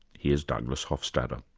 here's douglas hofstadter.